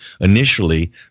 initially